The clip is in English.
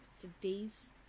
today's